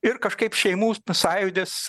ir kažkaip šeimų sąjūdis